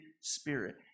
Spirit